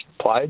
played